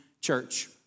church